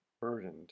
burdened